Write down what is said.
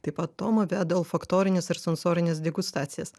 taip pat toma veda olfaktorines ir sensorines degustacijas